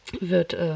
wird